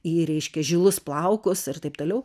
į reiškia žilus plaukus ir taip toliau